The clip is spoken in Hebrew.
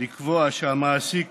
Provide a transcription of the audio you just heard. לקבוע שהמעסיק